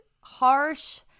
harsh